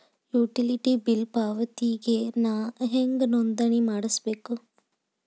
Utility bill ಪಾವತಿಗೆ ನಾ ಹೆಂಗ್ ನೋಂದಣಿ ಮಾಡ್ಸಬೇಕು?